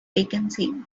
vacancy